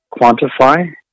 quantify